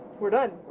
we're done!